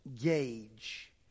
gauge